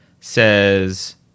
says